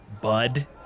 Bud